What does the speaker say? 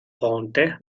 ponte